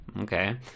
okay